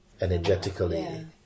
energetically